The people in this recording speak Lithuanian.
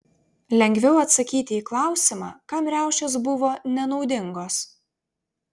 lengviau atsakyti į klausimą kam riaušės buvo nenaudingos